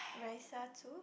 Raisa too